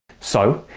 so,